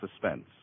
Suspense